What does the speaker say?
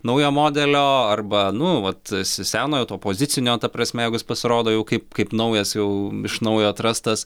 naujo modelio arba nu vat se senojo to pozicinio ta prasme jeigu jis pasirodo jau kaip kaip naujas jau iš naujo atrastas